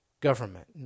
government